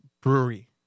brewery